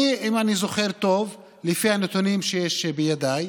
אם אני זוכר טוב, לפי הנתונים שיש בידיי,